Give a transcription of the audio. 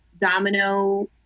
domino